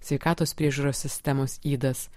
sveikatos priežiūros sistemos ydas